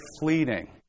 fleeting